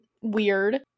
weird